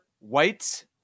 whites